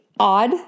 Odd